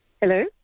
Hello